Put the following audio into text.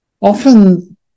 often